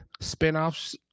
spinoffs